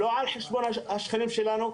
לא על חשבון השכנים שלנו,